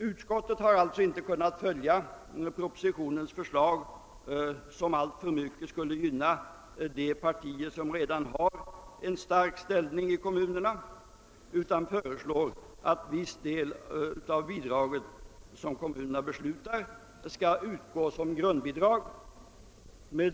Utskottet har alltså inte kunnat: följa propositionens 'förslag, :'som alltför mycket skulle gynna de partier vilka redan har en stark ställning i kommunerna utan föreslår, att viss del av :det Herr talman!